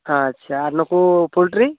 ᱟᱪᱪᱷᱟ ᱟᱨ ᱱᱩᱠᱩ ᱯᱚᱞᱴᱨᱤ